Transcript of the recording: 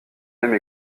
même